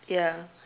ya